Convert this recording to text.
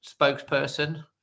spokesperson